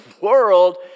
world